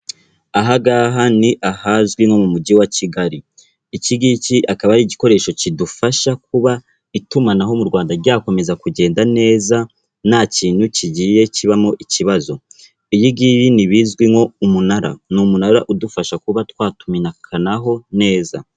Aha ngaha ni ahazwi nko mu mujyi wa Kigali, iki ngiki akaba ari igikoresho kidufasha kuba itumanaho mu Rwanda ryakomeza kugenda neza, nta kintu kigiye kibamo ikibazo, ibi ngibi ni bizwi nk'umunara, ni umunara udufasha kuba twatumikanaho neza.